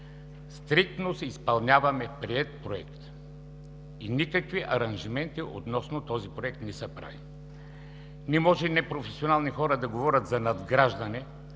Стриктно си изпълняваме приет проект и никакви аранжименти относно този проект не са правени. Не може непрофесионални хора да говорят за надграждане,